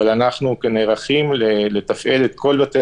אבל אנחנו נערכים לתפעל את כל בתי